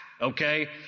okay